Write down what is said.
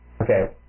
Okay